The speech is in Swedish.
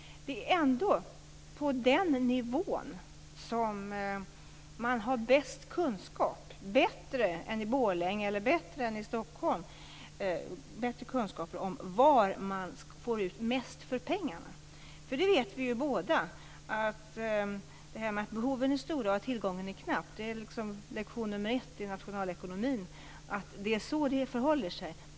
Det är ju ändå på den nivån som man har bäst kunskap - bättre än i Borlänge eller Stockholm. Där har man bättre kunskaper om var man får ut mest för pengarna. För vi vet ju båda att behoven är stora och tillgången knapp. Det är liksom lektion nummer ett i nationalekonomin att det är så det förhåller sig.